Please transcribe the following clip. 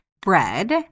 bread